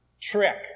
trick